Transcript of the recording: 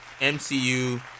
MCU